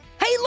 Hey